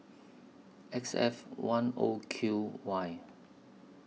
X F one O Q Y